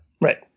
Right